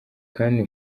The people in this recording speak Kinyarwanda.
kandi